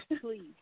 Please